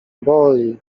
boli